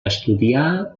estudià